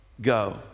go